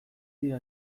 dira